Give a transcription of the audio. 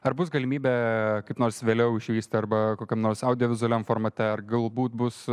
ar bus galimybė kaip nors vėliau išvysti arba kokiam nors audiovizualiam formate ar galbūt bus